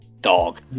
Dog